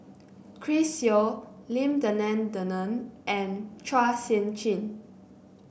Chris Yeo Lim Denan Denon and Chua Sian Chin